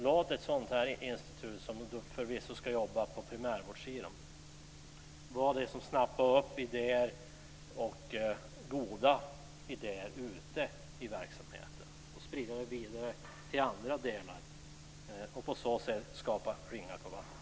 Låt detta institut, som förvisso ska jobba på primärvårdssidan, vara det som snappar upp goda idéer och sprider dem vidare till andra delar. På så sätt skapar man ringar på vattnet.